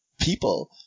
people